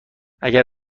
اگر